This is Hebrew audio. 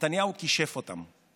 נתניהו כישף אותם,